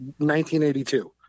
1982